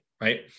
right